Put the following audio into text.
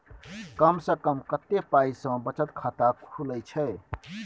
कम से कम कत्ते पाई सं बचत खाता खुले छै?